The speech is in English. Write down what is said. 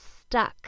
stuck